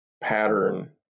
pattern